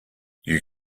you